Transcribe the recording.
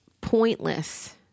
pointless